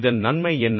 இதன் நன்மை என்ன